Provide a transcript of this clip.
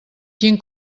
quin